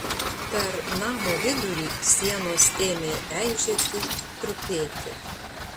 per namo vidurį sienos ėmė eižėti trupėti